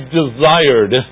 desired